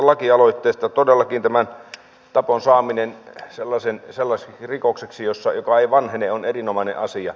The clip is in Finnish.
todellakin tämän tapon saaminen sellaiseksi rikokseksi joka ei vanhene on erinomainen asia